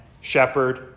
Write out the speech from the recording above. shepherd